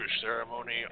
ceremony